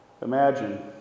Imagine